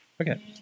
Okay